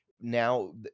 now